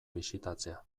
bisitatzea